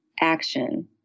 action